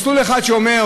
מסלול אחד מקוצר,